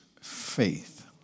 faith